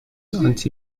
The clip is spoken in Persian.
آنتی